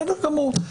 בסדר גמור.